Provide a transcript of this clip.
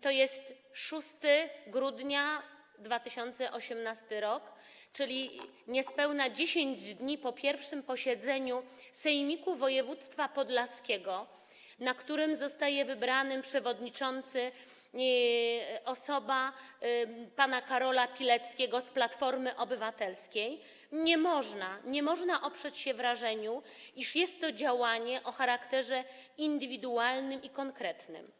tj. 6 grudnia 2018 r., czyli niespełna 10 dni po pierwszym posiedzeniu Sejmiku Województwa Podlaskiego, na którym przewodniczącym został wybrany pan Karol Pilecki z Platformy Obywatelskiej, nie można oprzeć się wrażeniu, iż jest to działanie o charakterze indywidualnym i konkretnym.